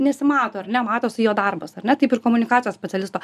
nesimato ar ne matosi jo darbas ar ne taip ir komunikacijos specialisto